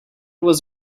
was